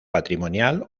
patrimonial